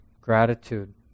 gratitude